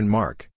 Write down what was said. mark